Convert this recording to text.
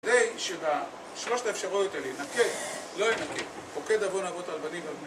כדי שבשלושת האפשרויות האלה: נקה, לא ינקה, פוקד עוון אבות על בנים...